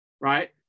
right